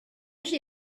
she